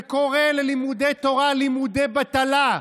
וקורא ללימודי תורה "לימודי בטלה".